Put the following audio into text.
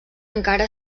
encara